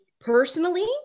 personally